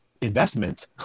investment